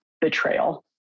betrayal